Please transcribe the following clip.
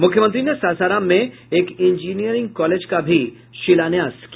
मुख्यमंत्री ने सासाराम में एक इंजीनियरिंग कॉलेज का भी शिलान्यास किया